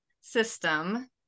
system